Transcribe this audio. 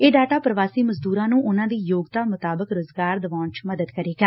ਇਹ ਡਾਟਾ ਪ੍ਰਵਾਸੀ ਮਜ਼ਦੂਰਾਂ ਨੂੰ ਉਨਾਂ ਦੀ ਯੋਗਤਾ ਮੁਤਾਬਿਕ ਰੁਜ਼ਗਾਰ ਦਿਵਾਉਣ ਚ ਮਦਦ ਕਰੇਗਾ